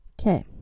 okay